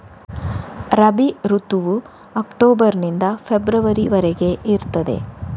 ರಬಿ ಋತುವು ಅಕ್ಟೋಬರ್ ನಿಂದ ಫೆಬ್ರವರಿ ವರೆಗೆ ಇರ್ತದೆ